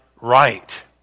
right